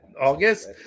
August